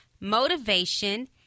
motivation